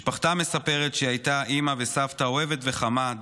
משפחתה מספרת שהיא הייתה אימא וסבתא אוהבת וחמה,